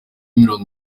mirongo